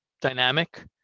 dynamic